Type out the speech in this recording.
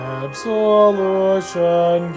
absolution